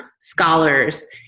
scholars